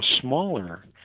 smaller